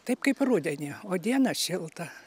taip kaip rudenį o dieną šilta